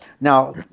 Now